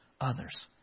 others